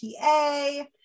PA